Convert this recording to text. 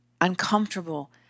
uncomfortable